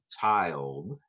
child